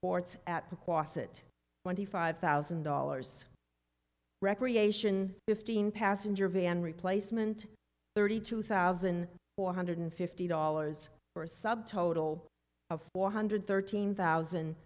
it when the five thousand dollars recreation fifteen passenger van replacement thirty two thousand four hundred fifty dollars for a sub total of four hundred thirteen thousand